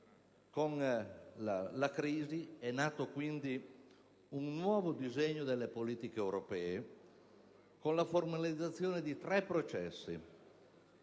Con la crisi è nato quindi un nuovo disegno delle politiche europee, con la formalizzazione di tre processi.